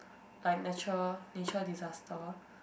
like natural nature disaster